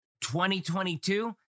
2022